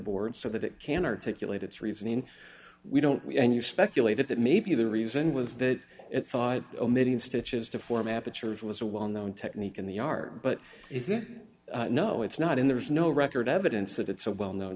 board so that it can articulate its reasoning we don't we and you speculated that maybe the reason was that it thought omitting stitches to form apertures was a well known technique in the yard but is it no it's not in there's no record evidence that it's a well known